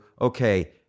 okay